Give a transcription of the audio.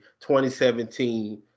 2017